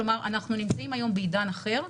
כלומר, אנחנו נמצאים היום בעידן אחר.